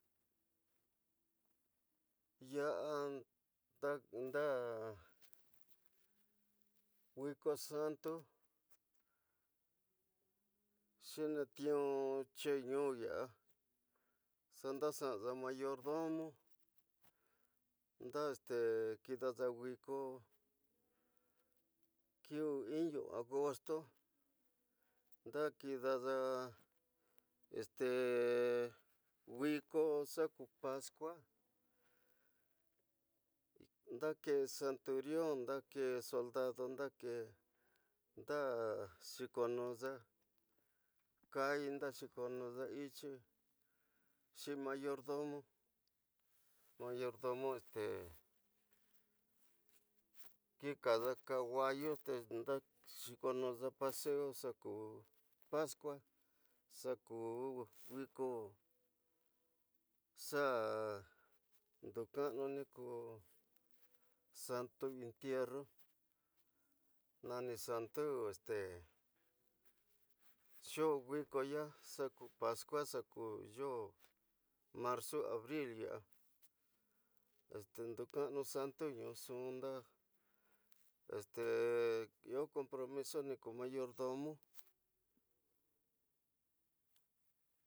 Ya'a nda nwiko santu xeni nu yeen nu yara xa ndaya xa mayor domo nda x nkida xa nwiko nni nwinu ngostu nda nkida este nwiko nku npasku, nda nsanturia, nda nsoldado nda nxin konuxa, ncafe, ndaxin konuxa ityi, nxin mayor domo mayor domo este nki kika nkawayi te nda nkoniña paseu nxu npasku xa nwiko xa ndu nkasanu niku santu nino nnu santu este nxo nwiko yawa xa npasku nxaku nyoo nmarzu, nabril, nyada ndu nkasanu santu nxu nda este iyo compromiso nkaku mayordomo.